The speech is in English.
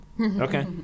Okay